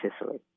Sicily